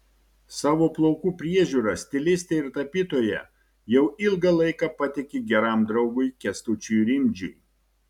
savo plaukų priežiūrą stilistė ir tapytoja jau ilgą laiką patiki geram draugui kęstučiui rimdžiui